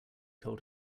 told